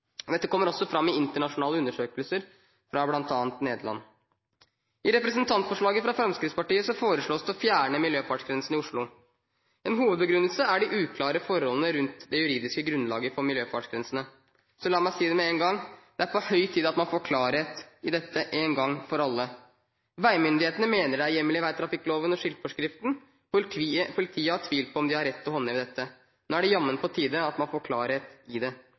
Dette kommer også fram i internasjonale undersøkelser, bl.a. fra Nederland. I representantforslaget fra Fremskrittspartiet foreslås det å fjerne miljøfartsgrensene i Oslo. En hovedbegrunnelse er de uklare forholdene rundt det juridiske grunnlaget for miljøfartsgrensene. La meg si det med en gang: Det er på høy tid at man får klarhet i dette én gang for alle. Veimyndighetene mener det er hjemmel i vegtrafikkloven og i skiltforskriften. Politiet har tvilt på om de har rett til å håndheve dette. Nå er det jammen på tide at man får klarhet i det.